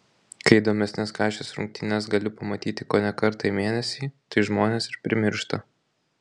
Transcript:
kai įdomesnes kašės rungtynes gali pamatyti kone kartą į mėnesį tai žmonės ir primiršta